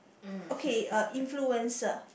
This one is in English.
okay uh influencer